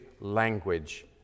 language